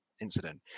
incident